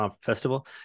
festival